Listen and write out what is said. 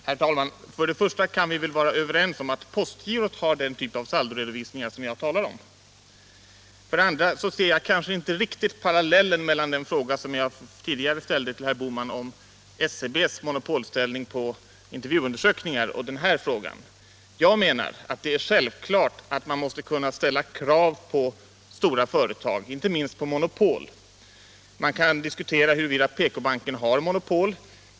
Herr talman! För det första kan vi väl vara överens om att postgirot har den typ av saldoredovisningar som jag talar om. För det andra ser jag inte parallellen mellan den fråga som jag tidigare ställde till herr Bohman om SCB:s monopolställning i fråga om intervjuundersökningar och den här frågan. Jag menar att det är självklart att man måste kunna ställa krav på stora företag, inte minst på monopolföretag. Man kan diskutera huruvida PK-banken har monopol.